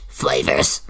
flavors